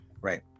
Right